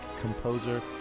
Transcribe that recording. composer